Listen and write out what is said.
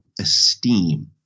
esteem